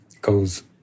goes